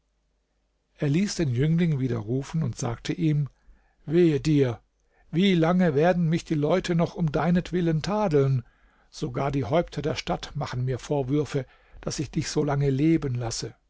er ließ den jüngling wieder rufen und sagte ihm wehe dir wie lange werden mich die leute noch um deinetwillen tadeln sogar die häupter der stadt machen mir vorwürfe daß ich dich so lange leben lasse